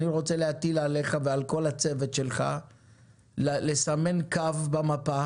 אני רוצה להטיל עליך ועל כל הצוות שלך לסמן קו במפה